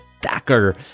Thacker